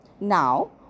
Now